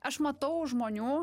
aš matau žmonių